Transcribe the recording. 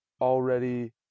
already